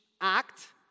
act